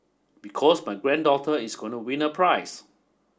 because my granddaughter is going to win a prize